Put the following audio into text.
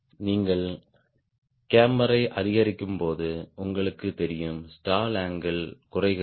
நீங்கள் கேம்பரை அதிகரிக்கும்போது உங்களுக்குத் தெரியும் ஸ்டால் அங்கிள் குறைகிறது